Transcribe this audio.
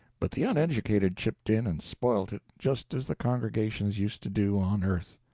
but the uneducated chipped in and spoilt it, just as the congregations used to do on earth.